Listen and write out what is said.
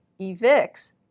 evicts